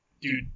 dude